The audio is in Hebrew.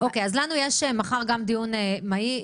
יש לנו מחר גם דיון מהיר,